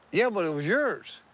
yeah, but it was yours.